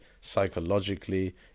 psychologically